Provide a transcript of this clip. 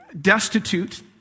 destitute